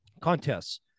contests